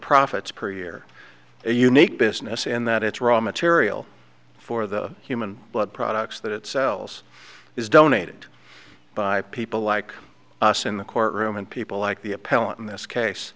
profits per year a unique business in that its raw material for the human blood products that it sells is donated by people like us in the courtroom and people like the appellant in this